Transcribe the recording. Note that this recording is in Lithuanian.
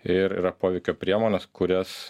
ir yra poveikio priemonės kurias